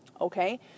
Okay